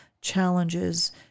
challenges